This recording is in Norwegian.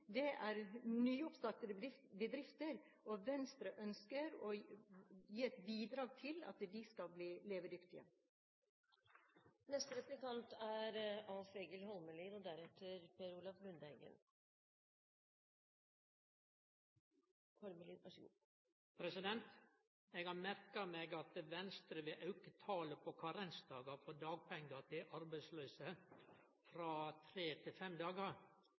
med formuesskatten, er nyoppstartede bedrifter, og Venstre ønsker å gi et bidrag til at de skal bli levedyktige. Eg har merka meg at Venstre vil auke talet på karensdagar før dagpengar ved arbeidsløyse frå tre til fem dagar.